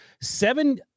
Seven –